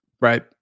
Right